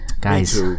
guys